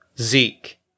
Zeke